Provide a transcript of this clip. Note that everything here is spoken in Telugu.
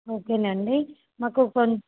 ఓకే అండి మాకు కొం